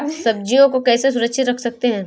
सब्जियों को कैसे सुरक्षित रख सकते हैं?